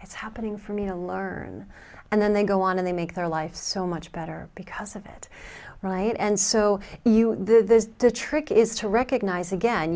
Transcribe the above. it's happening for me to learn and then they go on and they make their life so much better because of it right and so you the to trick is to recognize again